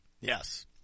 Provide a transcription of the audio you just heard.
Yes